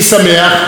כמו תמיד,